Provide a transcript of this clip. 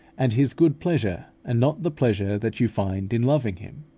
and his good pleasure, and not the pleasure that you find in loving him.